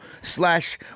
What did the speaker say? Slash